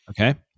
Okay